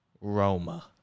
Roma